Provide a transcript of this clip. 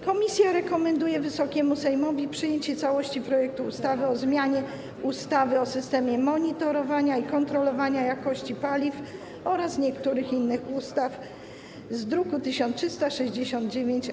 Komisja rekomenduje Wysokiemu Sejmowi przyjęcie całości projektu ustawy o zmianie ustawy o systemie monitorowania i kontrolowania jakości paliw oraz niektórych innych ustaw z druku nr 1369-A.